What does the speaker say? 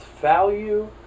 value